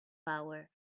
power